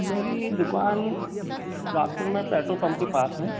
मेरी एक दुकान सुहागपुर में पेट्रोल पंप के पास है